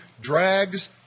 drags